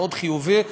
מאוד חיובי,